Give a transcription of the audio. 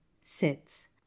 Sits